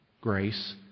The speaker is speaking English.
grace